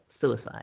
suicide